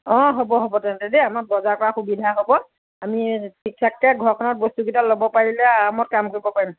অঁ হ'ব হ'ব তেন্তে আমাৰ বজাৰ কৰা সুবিধা হ'ব আমি ঠিক থাককে বস্তুকেইটা ল'ব পাৰিলে আৰামত কাম কৰিব পাৰিম